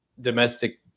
domestic